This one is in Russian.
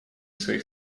своих